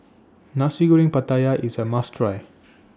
Nasi Goreng Pattaya IS A must Try